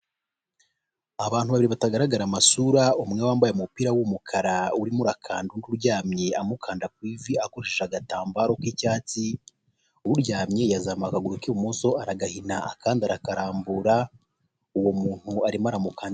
Abantu babiri batagaragara amasura, umwe wambaye umupira w'umukara urimo urakanda undi uryamye amukanda ku ivi akoresheje agatambaro k'icyatsi. Uryamye yazamuye akaguru k'ibumoso aragahina akandi arakarambura, uwo muntu arimo aramuka..